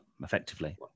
effectively